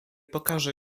pokaże